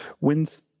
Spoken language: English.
wins